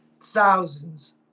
thousands